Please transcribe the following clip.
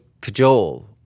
cajole